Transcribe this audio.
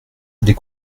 des